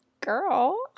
Girl